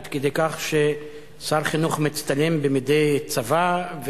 עד כדי כך ששר חינוך מצטלם במדי צבא,